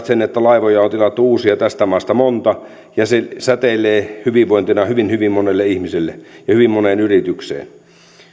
sen että uusia laivoja on tilattu tästä maasta monta ja se säteilee hyvinvointina hyvin hyvin monelle ihmiselle ja hyvin moneen yritykseen